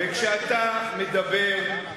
כשאתה מדבר,